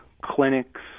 clinics